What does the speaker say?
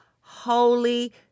holy